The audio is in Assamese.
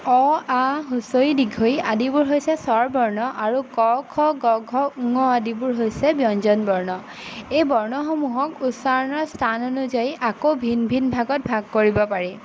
অ আ হস্ৰ ই দীৰ্ঘ ঈ আদিবোৰ হৈছে স্বৰ বৰ্ণ আৰু ক খ গ ঘ ঙ আদিবোৰ হৈছে ব্যঞ্জন বৰ্ণ এই বৰ্ণসমূহক উচ্চাৰণৰ স্থান অনুযায়ী আকৌ ভিন ভিন ভাগত ভাগ কৰিব পাৰি